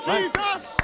Jesus